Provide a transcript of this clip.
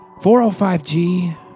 405G